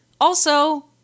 also-